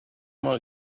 more